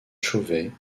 chauvet